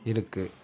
இருக்குது